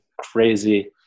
crazy